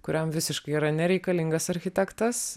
kuriam visiškai yra nereikalingas architektas